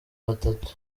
batatu